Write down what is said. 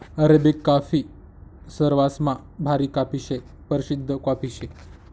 Arabic coffee सरवासमा भारी coffee शे, परशिद्ध कॉफी शे